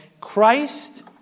Christ